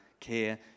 Care